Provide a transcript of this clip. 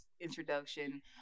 introduction